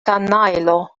kanajlo